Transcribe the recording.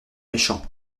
méchant